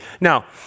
Now